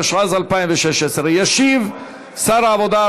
התשע"ז 2016. ישיב שר העבודה,